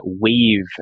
weave